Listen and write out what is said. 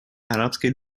арабской